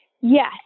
yes